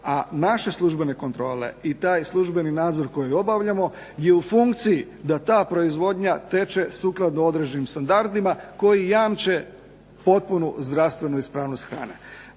a naše službene kontrole i taj službeni nadzor koji obavljamo je u funkciji da ta proizvodnja teče sukladno određenim standardima, koji jamče potpunu zdravstvenu ispravnost hrane.